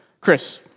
Chris